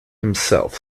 himself